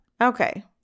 okay